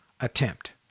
attempt